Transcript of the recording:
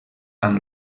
amb